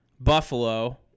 Buffalo